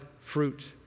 Fruit